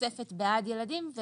תוספת בעד ילדים.